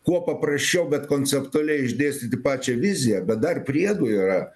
kuo paprasčiau bet konceptualiai išdėstyti pačią viziją bet dar priedų yra